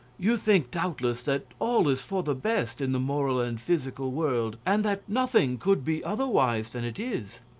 you think doubtless that all is for the best in the moral and physical world, and that nothing could be otherwise than it is?